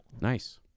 Nice